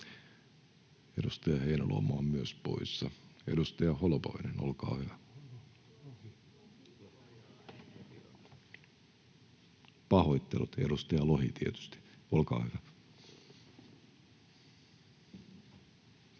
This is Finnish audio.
edustaja Heinäluoma on poissa. — Edustaja Holopainen, olkaa hyvä. — Pahoittelut, edustaja Lohi tietysti, olkaa hyvä.